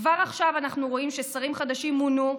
כבר עכשיו אנחנו רואים ששרים חדשים מונו,